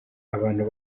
abantu